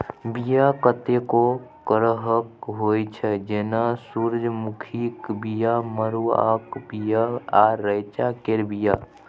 बीया कतेको करहक होइ छै जेना सुरजमुखीक बीया, मरुआक बीया आ रैंचा केर बीया